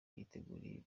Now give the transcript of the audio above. yiteguriye